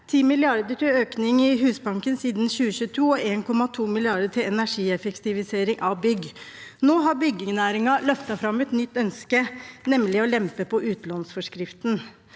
10 mrd. kr til økning i Husbanken siden 2022 og 1,2 mrd. kr til energieffektivisering av bygg. Nå har byggenæringen løftet fram et nytt ønske, nemlig å lempe på utlånsforskriften,